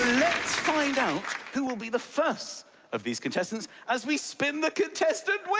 let's find out who will be the first of these contestants as we spin the contestant